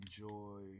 enjoy